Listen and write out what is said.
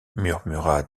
murmura